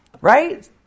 right